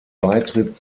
beitritt